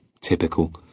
Typical